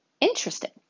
Interesting